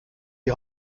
die